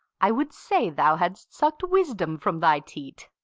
i would say thou hadst suck'd wisdom from thy teat.